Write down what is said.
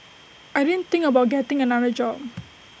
I didn't think about getting another job